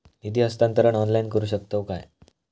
निधी हस्तांतरण ऑनलाइन करू शकतव काय?